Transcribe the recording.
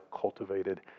cultivated